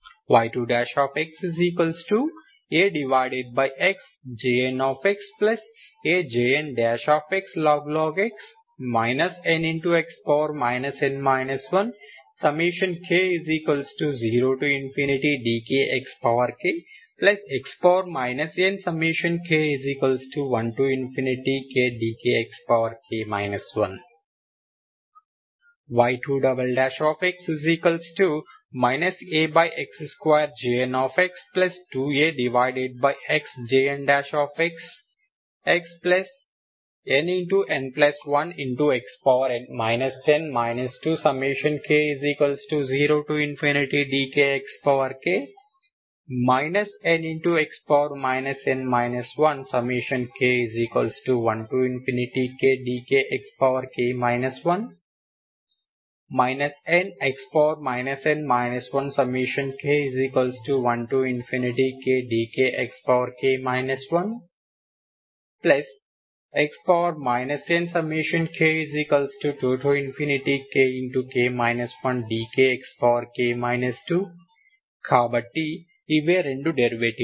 y2x AxJnxAJnxlog x nx n 1k0dkxkx nk1kdkxk 1 y2x Ax2Jnx2AxJnxx nn1x n 2k0dkxk nx n 1k1kdkxk 1 nx n 1k1kdkxk 1x nk2kdkxk 2 కాబట్టి ఇవే 2 derivative లు